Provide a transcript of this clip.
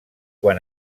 quan